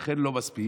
אכן לא מספיק,